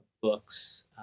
books